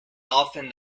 often